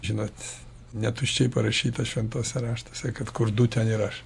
žinot netuščiai parašyta šventuose raštuose kad kur du ten ir aš